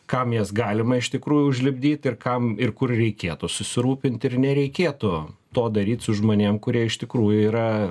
kam jas galima iš tikrųjų užlipdyt ir kam ir kur reikėtų susirūpint ir nereikėtų to daryt su žmonėm kurie iš tikrųjų yra